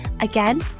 Again